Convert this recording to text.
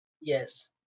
Yes